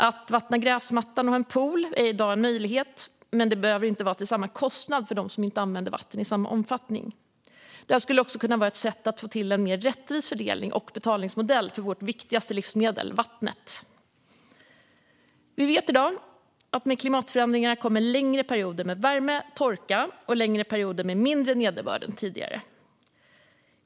Att vattna gräsmattan och fylla en pool är i dag en möjlighet, men det behöver inte ske till samma kostnad för dem som inte använder vatten i samma omfattning. Det skulle också kunna vara ett sätt att få till en mer rättvis fördelning och betalningsmodell för vårt viktigaste livsmedel vattnet. Vi vet i dag att med klimatförändringarna kommer längre perioder med värme, torka och mindre nederbörd än tidigare.